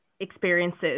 experiences